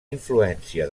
influència